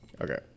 Okay